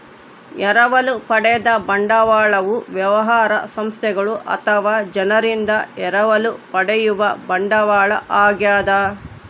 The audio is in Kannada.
ಎರವಲು ಪಡೆದ ಬಂಡವಾಳವು ವ್ಯವಹಾರ ಸಂಸ್ಥೆಗಳು ಅಥವಾ ಜನರಿಂದ ಎರವಲು ಪಡೆಯುವ ಬಂಡವಾಳ ಆಗ್ಯದ